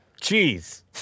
Cheese